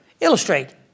Illustrate